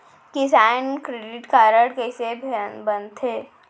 किसान credit card कइसे बनथे?